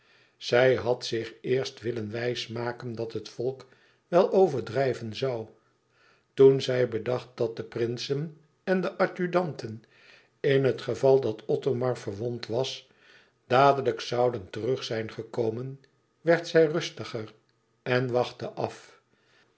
zij had zich eerst willen wijsmaken dat het volk wel overdrijven zoû toen zij bedacht dat de prinsen en de adjudanten in het geval dat othomar verwond was dadelijk zouden terug zijn gekomen werd zij rustiger en wachtte af